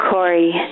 Corey